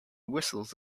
whistles